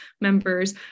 members